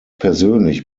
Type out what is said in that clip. persönlich